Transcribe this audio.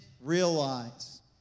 realize